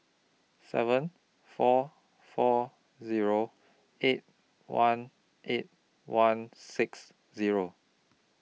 seven four four Zero eight one eight one six Zero